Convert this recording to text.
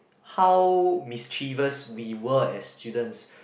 how mischievous we were as students